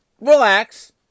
relax